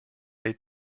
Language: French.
les